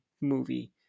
movie